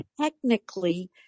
technically